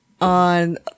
on